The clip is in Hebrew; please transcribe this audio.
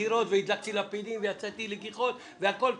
קירות והדלקתי לפידים ויצאתי לגיחות והכול בסדר.